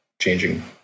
changing